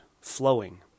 flowing